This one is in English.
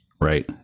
right